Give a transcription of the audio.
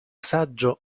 saggio